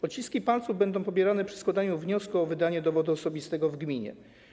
Odciski palców będą pobierane przy składaniu wniosku o wydanie dowodu osobistego w gminie.